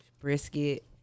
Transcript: brisket